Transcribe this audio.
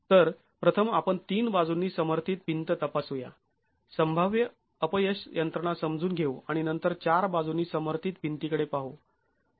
तर प्रथम आपण तीन बाजूंनी समर्थित भिंत तपासूया संभाव्य अपयश यंत्रणा समजून घेऊ आणि नंतर चार बाजूंनी समर्थित भिंतीकडे पाहू